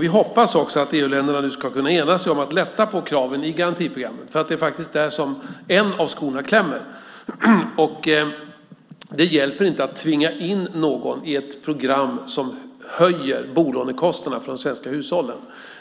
Vi hoppas att EU-länderna nu ska kunna ena sig om att lätta på kraven i garantiprogrammen. Det är faktiskt där som en av skorna klämmer. Det hjälper inte att tvinga in någon i ett program som höjer bolånekostnaderna för de svenska hushållen.